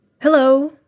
Hello